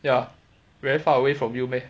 ya very far away from you meh